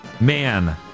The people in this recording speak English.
Man